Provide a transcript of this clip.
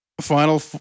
Final